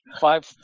five